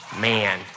Man